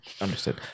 Understood